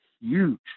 huge